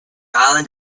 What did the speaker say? island